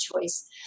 choice